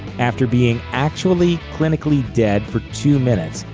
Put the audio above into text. after being actually, clinically dead for two minutes,